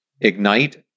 ignite